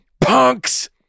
punks